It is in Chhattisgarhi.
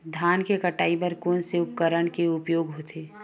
धान के कटाई बर कोन से उपकरण के उपयोग होथे?